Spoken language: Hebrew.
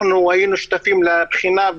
אנחנו היינו שותפים לבחינה,